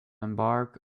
embark